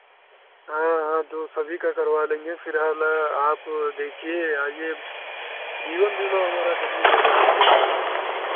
हाँ हाँ तो सभी का करवा लेंगे फिलहाल आप देखिए आइए जीवन बीमा हमारा करिए ज़्यादा सही रहेगा